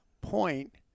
point